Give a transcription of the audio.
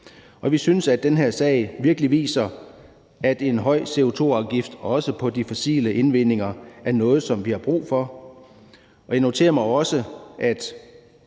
og vi synes, at den her sag virkelig viser, at en høj CO2-afgift også på de fossile indvindinger er noget, som vi har brug for, og jeg noterer mig også, at